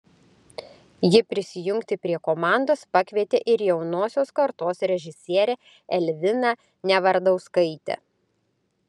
ji prisijungti prie komandos pakvietė ir jaunosios kartos režisierę elviną nevardauskaitę